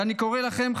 ואני קורא לכם,